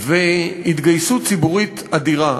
והתגייסות ציבורית אדירה.